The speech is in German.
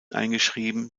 eingeschrieben